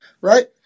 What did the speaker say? Right